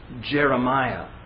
Jeremiah